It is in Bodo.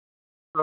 औ औ